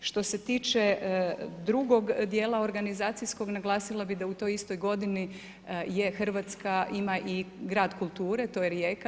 Što se tiče drugog dijela organizacijskog, naglasila bih da u toj istoj godini RH ima i grad kulture, to je Rijeka.